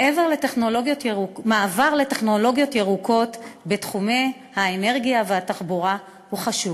מעבר לטכנולוגיות ירוקות בתחומי האנרגיה והתחבורה הוא חשוב,